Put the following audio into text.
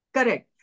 Correct